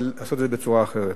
אבל לעשות את זה בצורה אחרת.